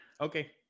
okay